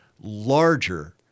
larger